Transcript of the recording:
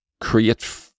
create